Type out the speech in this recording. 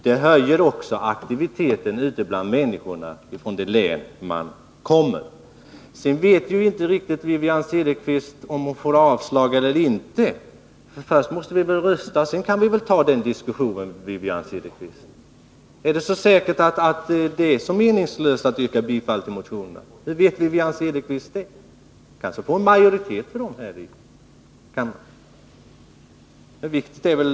Det höjer också aktiviteten ute bland människorna från det län som man kommer ifrån. Wivi-Anne Cederqvist vet inte heller riktigt om hon får avslag eller inte. Först måste vi väl rösta, och sedan kan vi ta diskussionen. Är det så säkert att det är meningslöst att yrka bifall till motionerna? Hur vet Wivi-Anne Cederqvist det? Hon kanske får majoritet för dem här i kammaren.